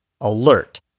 ALERT